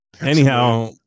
Anyhow